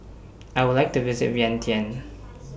I Would like to visit Vientiane